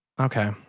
okay